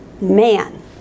man